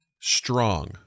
Strong